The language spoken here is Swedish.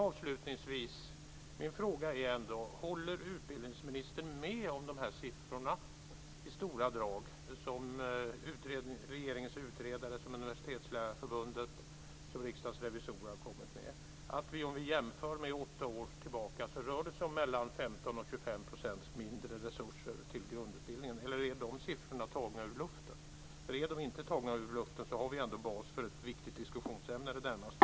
Avslutningsvis är ändå min fråga: Håller utbildningsministern i stora drag med om de här siffrorna som regeringens utredare, Universitetslärarförbundet och Riksdagens revisorer har kommit med, alltså att det om vi jämför åtta år tillbaka i tiden rör sig om mellan 15 % och 25 % mindre i resurser till grundutbildningen? Eller är de siffrorna tagna ur luften? Är de inte tagna ur luften så har vi ändå en bas för ett viktigt diskussionsämne det närmaste året.